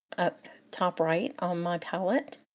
up top right on my palette,